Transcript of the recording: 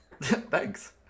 Thanks